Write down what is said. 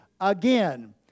again